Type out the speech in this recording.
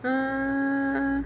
err